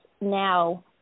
now